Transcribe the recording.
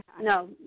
no